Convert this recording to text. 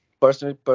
Personally